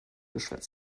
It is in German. beschwert